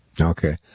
Okay